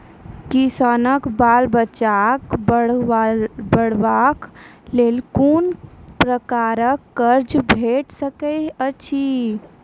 किसानक बाल बच्चाक पढ़वाक लेल कून प्रकारक कर्ज भेट सकैत अछि?